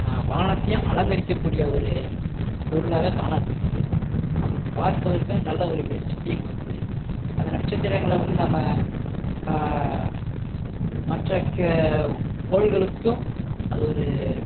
வானத்தையும் அலங்கரிக்கக்கூடிய ஒரு பொருளாக காணப்படுகிறது நமக்கு பார்ப்பதற்கும் நல்ல ஒரு வெளிச்சத்தையும் கொடுக்குது அந்த நட்சத்திரங்களை வந்து நம்ம மற்ற கோள்களுக்கும் அது ஒரு